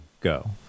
Go